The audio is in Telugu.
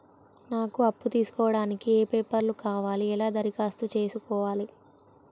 నాకు అప్పు తీసుకోవడానికి ఏ పేపర్లు కావాలి ఎలా దరఖాస్తు చేసుకోవాలి?